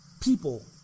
people